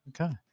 Okay